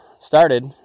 started